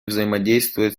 взаимодействовать